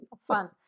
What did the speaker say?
Fun